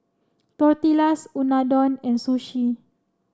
Tortillas Unadon and Sushi